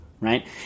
Right